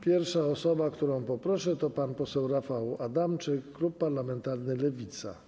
Pierwsza osoba, którą poproszę, to pan poseł Rafał Adamczyk, klub parlamentarny Lewica.